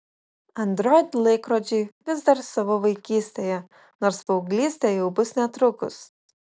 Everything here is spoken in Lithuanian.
android laikrodžiai vis dar savo vaikystėje nors paauglystė jau bus netrukus